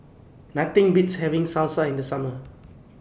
Nothing Beats having Salsa in The Summer